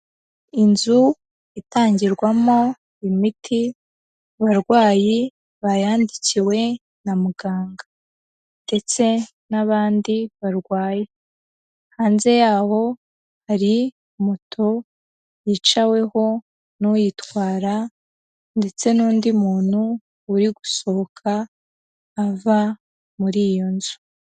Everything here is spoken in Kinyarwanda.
Inzu itangirwamo imiti abarwayi bayandikiwe na muganga ndetse n'abandi barwaye, hanze yaho hari moto yicaweho n'uyitwara ndetse n'undi muntu uri gusohoka ava muri iyo nzu.